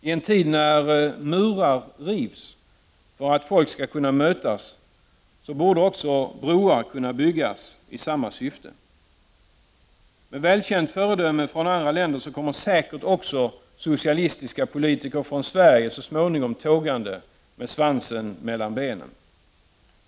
I en tid när murar rivs för att folk skall kunna mötas borde broar byggas i samma syfte. Med välkänt föredöme från andra länder kommer säkert också socialistiska politiker från Sverige att så småningom komma tågande med svansen mellan benen.